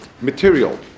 material